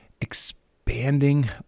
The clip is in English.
expanding